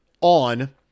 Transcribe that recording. on